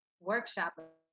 workshop